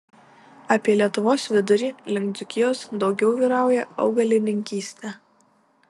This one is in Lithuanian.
apie lietuvos vidurį link dzūkijos daugiau vyrauja augalininkystė